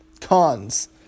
cons